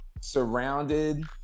surrounded